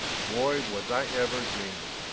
boy, was i ever dreaming.